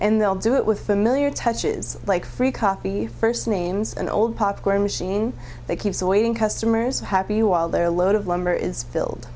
and they'll do it with familiar touches like free coffee first names and old popcorn machine that keeps the waiting customers happy while their load of lumber is filled